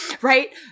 right